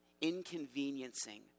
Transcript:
inconveniencing